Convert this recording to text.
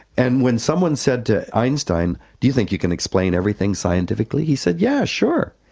and when someone said to einstein, do you think you can explain everything scientifically? he said, yeah, sure.